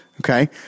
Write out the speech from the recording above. Okay